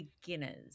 beginners